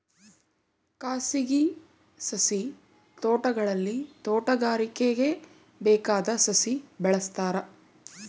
ಖಾಸಗಿ ಸಸಿ ತೋಟಗಳಲ್ಲಿ ತೋಟಗಾರಿಕೆಗೆ ಬೇಕಾದ ಸಸಿ ಬೆಳೆಸ್ತಾರ